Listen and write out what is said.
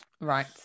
Right